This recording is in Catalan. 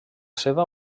seva